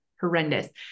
horrendous